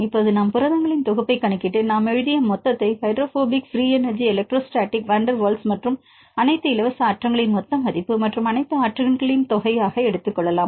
இப்போது நாம் புரதங்களின் தொகுப்பைக் கணக்கிட்டு நாம் எழுதிய மொத்தத்தை hydrophobic free energy electrostatic van der Waals மற்றும் அனைத்து இலவச ஆற்றல்களின் மொத்த மதிப்பு மற்றும் அனைத்து ஆற்றல்களின் தொகையையும் எடுத்துக் கொள்ளலாம்